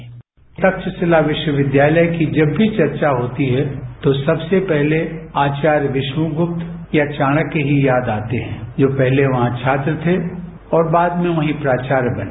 bite Takshashila विश्वविद्यालय की जब भी चर्चा होती है तो सबसे पहले आचार्यगुप्त या चाणक्य ही याद आते हैं जो पहले वहां छात्र थे और बाद में वहीं प्राचार्य बने